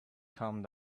come